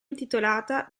intitolata